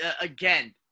again